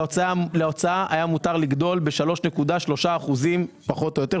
להוצאה היה מותר לגדול ב-3.3% פחות או יותר,